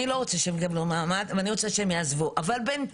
אני רוצה שהם יעזבו ולא יקבלו מעמד, אבל בינתיים,